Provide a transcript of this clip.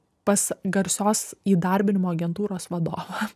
pas garsios įdarbinimo agentūros vadovą